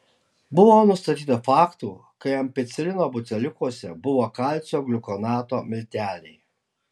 buvo nustatyta faktų kai ampicilino buteliukuose buvo kalcio gliukonato milteliai